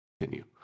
continue